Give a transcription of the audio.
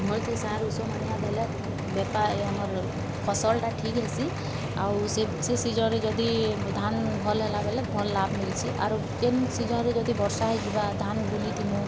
ଭଲ୍ସେ ସାର୍ ଓଷ ମାନିଆ ଦେଲେ ବେପା ଏ ଆମର୍ ଫସଲ୍ଟା ଠିକ୍ ହେସି ଆଉ ସେ ସେ ସିଜନ୍ରେ ଯଦି ଧାନ୍ ଭଲ୍ ହେଲା ବେଲେ ଭଲ୍ ଲାଭ୍ ମିଲ୍ସି ଆରୁ କେନ୍ ସିଜନ୍ରେ ଯଦି ବର୍ଷା ହେଇଯିବା ଧାନ୍ ବୁନି ଥିମୁ